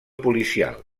policial